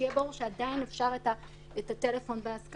שיהיה ברור שעדיין אפשר את הטלפון בהסכמה,